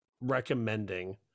recommending